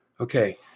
Okay